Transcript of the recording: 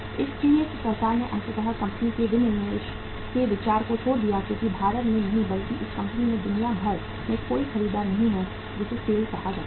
इसलिए सरकार ने अंततः कंपनी के विनिवेश के विचार को छोड़ दिया क्योंकि भारत में नहीं बल्कि इस कंपनी के दुनिया भर में कोई खरीदार नहीं है जिसे SAIL कहा जाता है